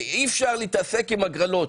ואי אפשר להתעסק עם הגרלות.